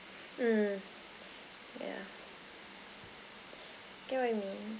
mm yeah get what I mean